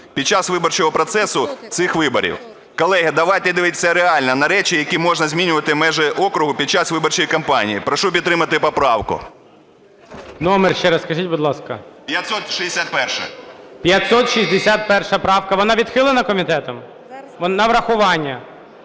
під час виборчого процесу цих виборів. Колеги, давайте дивитися реально на речі, які можна змінювати межі округу під час виборчої кампанії. Прошу підтримати поправку. ГОЛОВУЮЧИЙ. Номер ще раз скажіть, будь ласка? ВЕЛЬМОЖНИЙ С.А. 561-а. ГОЛОВУЮЧИЙ. 561 правка. Вона відхилена комітетом? На врахування,